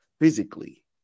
physically